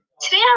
Today